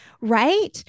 right